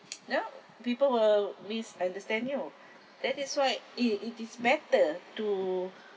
you know people will misunderstand you that is why it it is matter to